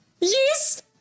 Yes